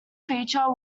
feature